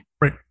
Right